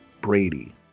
Brady